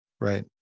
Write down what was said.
Right